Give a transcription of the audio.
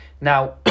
Now